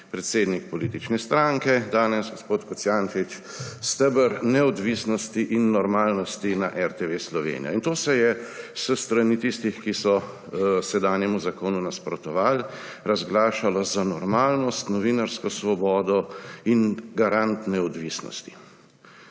predsednik politične stranke, danes gospod Kocjančič steber neodvisnosti in normalnosti na RTV Slovenija. In to se je s strani tistih, ki so sedanjemu zakonu nasprotovali, razglašalo za normalnost, novinarsko svobodo in garant neodvisnosti.